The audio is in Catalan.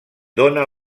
dóna